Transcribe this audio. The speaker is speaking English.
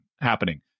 happening